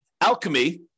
Alchemy